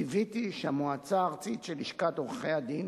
קיוויתי שהמועצה הארצית של לשכת עורכי-הדין